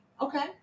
Okay